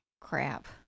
Crap